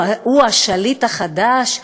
הוא השליט החדש?